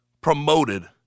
promoted